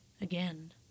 again